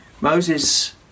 Moses